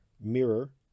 mirror